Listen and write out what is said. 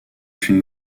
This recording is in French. une